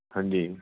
ਹਾਂਜੀ